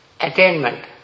attainment